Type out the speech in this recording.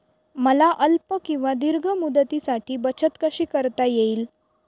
मला अल्प किंवा दीर्घ मुदतीसाठी बचत कशी करता येईल?